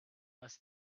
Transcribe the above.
less